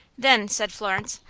then, said florence,